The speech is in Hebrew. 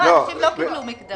אנשים לא קיבלו מקדמה.